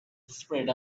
spread